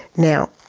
now,